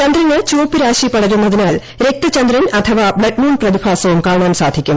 ചന്ദ്രന് ചുവപ്പ് രാശി പ്രടരുന്നതിനാൽ രക്തചന്ദ്രൻ അഥവാ ബ്ലഡ്മൂൺ പ്രതിഭാസവും കാണാൻ സാധിക്കും